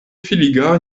filiga